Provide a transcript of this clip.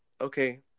okay